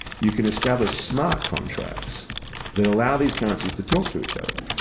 you can establish smart contracts that allow these currencies to talk to each other.